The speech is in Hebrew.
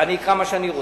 אני אקרא מה שאני רוצה.